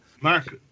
Mark